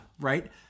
right